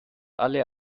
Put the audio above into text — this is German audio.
alle